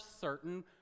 certain